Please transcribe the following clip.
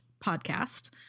podcast